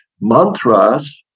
Mantras